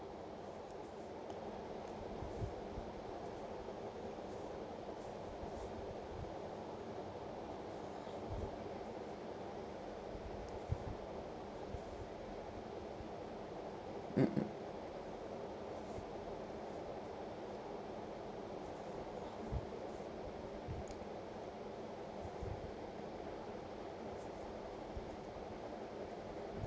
mm mm